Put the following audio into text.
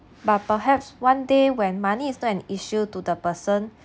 but perhaps one day when money is not an issue to the person